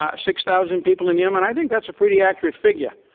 ah six thousand people in yemen? i think that's a pretty accurate figure.